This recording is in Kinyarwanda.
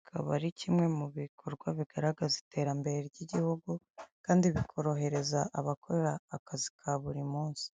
akaba ari kimwe mu bikorwa bigaragaza iterambere ry'igihugu kandi bikorohereza abakora akazi ka buri munsi.